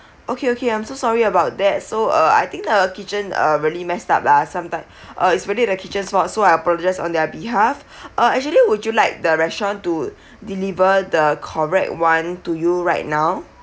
okay okay I'm so sorry about that so uh I think the kitchen uh really messed up lah sometime uh it's really the kitchen's fault so I apologised on their behalf uh actually would you like the restaurant to deliver the correct one to you right now